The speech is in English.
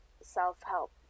self-help